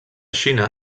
xina